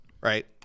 right